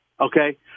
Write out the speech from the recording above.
Okay